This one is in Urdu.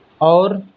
اور